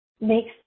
makes